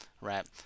right